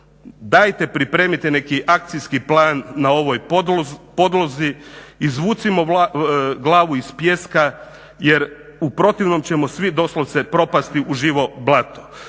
dajte pripremite neki akcijski plan na ovoj podlozi, izvucimo glavu iz pijeska jer u protivnom ćemo svi doslovce propasti u živo blato.